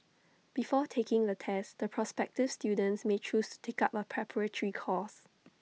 before taking the test the prospective students may choose to take up A preparatory course